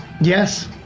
Yes